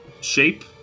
shape